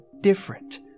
different